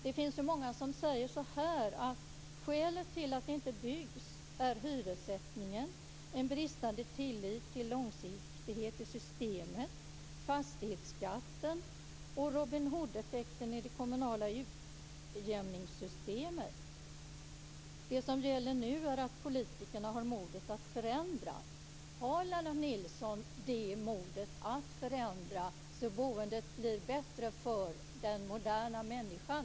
Det finns många som säger att skälen till att det inte byggs är hyressättningen, en bristande tillit till långsiktighet i systemet, fastighetsskatten och Robin Nu gäller det att politikerna har modet att förändra. Har Lennart Nilsson modet att förändra, så att boendet blir bättre för den moderna människan?